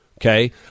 okay